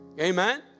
Amen